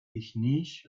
technisch